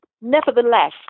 nevertheless